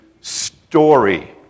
story